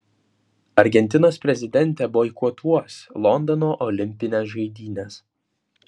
argentinos prezidentė boikotuos londono olimpines žaidynes